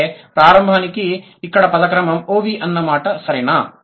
అంటే ప్రారంభానికి ఇక్కడ పదం క్రమం OV అన్నమాట సరేనా